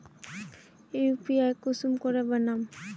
UPI कुंसम करे बनाम?